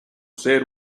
ser